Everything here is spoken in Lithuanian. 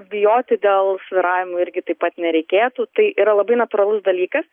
bijoti dėl svyravimų irgi taip pat nereikėtų tai yra labai natūralus dalykas